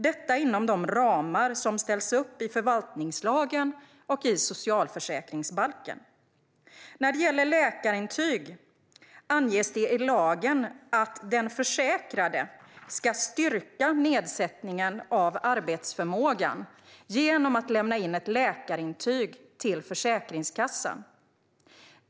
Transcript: Det ska göras inom de ramar som ställs upp i förvaltningslagen och i socialförsäkringsbalken. När det gäller läkarintyg anges i lagen att den försäkrade ska styrka nedsättningen av arbetsförmågan genom att lämna in ett läkarintyg till Försäkringskassan.